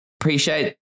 appreciate